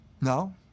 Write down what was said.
No